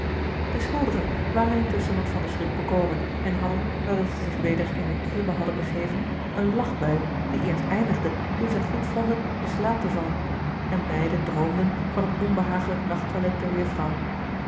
de schuldigen waren intusschen wat van den schrik bekomen en hadden nadat zij zich weder in hunne kribben hadden begeven eene lachbui die eerst eindigde toen zij goedvonden in slaap te vallen en beide droomden van het onbehagelijk nachttoilet der